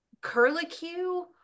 Curlicue